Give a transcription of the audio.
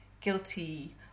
guilty